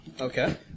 Okay